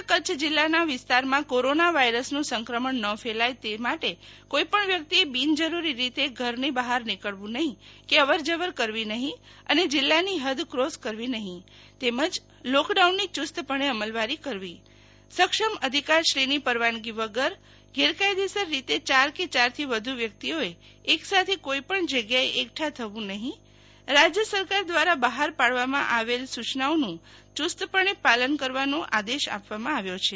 સમગ્ર કચ્છ જિલ્લાનાં વિસ્તારમાં કોરોના વાયરસનું સંક્રમણ ન ફેલાય તે સારું કોઇપણ વ્યકિતએ બિનજરૂરી રીતે ઘરની બહાર નિકળવું નહીં કે અવર જવર કરવી નહીં અને જિલ્લાની હદ ક્રોસ કરવી નહીં તેમજ લોકડાઉનની યુસ્તપણે અમલવારી કરવી સક્ષમ અધિકારશ્રીની પરવાનગી વગર અનધિકૃતગેરકાયદેસર રીતે યાર કે યારથી વધુ વ્યકિતઓએ એક સાથે કોઇપણ જગ્યાએ એકઠા થવું નહીં રાજય સરકાર દ્વારા બહાર પાડવામાં આવેલ સૂ ચનાઓનું યુસ્તપણે પાલન કરવાનો આદેશ આપવામાં આવ્યો છે